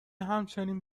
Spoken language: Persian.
همچنین